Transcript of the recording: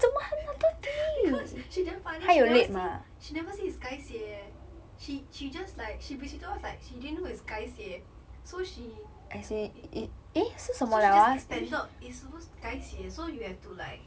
because she damn funny she never see she never see is 改写 she she when she told us like she didn't know is 改写 so she so she just expanded is supposed 改写 so you have to like